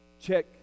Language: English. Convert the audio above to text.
Check